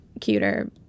cuter